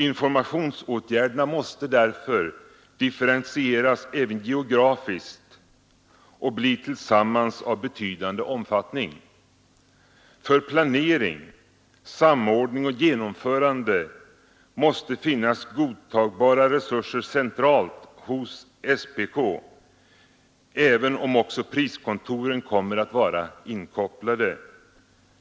Informationsåtgärderna måste därför differentieras även geografiskt och blir tillsammans av betydande omfattning. För planering, samordning och genomförande måste finnas godtagbara resurser centralt hos SPK, även om också priskontoren kommer att vara inkopplade.